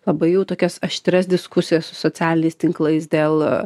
labai jau tokias aštrias diskusijas su socialiniais tinklais dėl